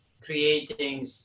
creating